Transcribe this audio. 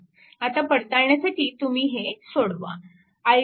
आता पडताळण्यासाठी तुम्ही हे सोडवा